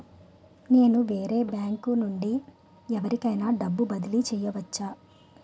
నేను వేరే బ్యాంకు నుండి ఎవరికైనా డబ్బు బదిలీ చేయవచ్చా?